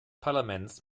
parlaments